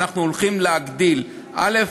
ואנחנו הולכים להגדיל: א.